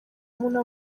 umuntu